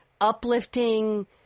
uplifting